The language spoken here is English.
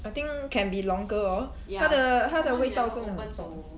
I think can be longer orh 它的它的味道真的很重